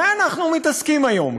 במה אנחנו מתעסקים היום?